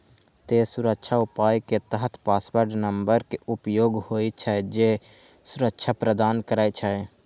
तें सुरक्षा उपाय के तहत पासवर्ड नंबर के उपयोग होइ छै, जे सुरक्षा प्रदान करै छै